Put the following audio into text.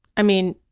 i mean,